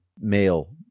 male